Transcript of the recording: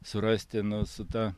surasti nu su ta